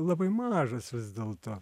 labai mažas vis dėlto